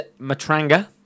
Matranga